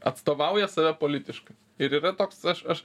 atstovauja save politiškai ir yra toks aš aš